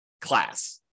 class